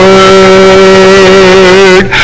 Word